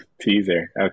teaser